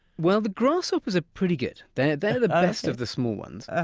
well, the grasshoppers are pretty good. they're they're the best of the small ones. ah